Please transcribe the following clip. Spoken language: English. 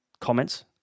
comments